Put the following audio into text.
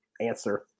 answer